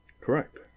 Correct